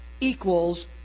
equals